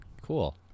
Cool